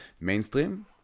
mainstream